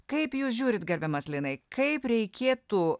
kaip jūs žiūrit gerbiamas linai kaip reikėtų